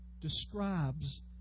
describes